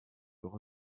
doch